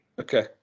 Okay